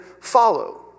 follow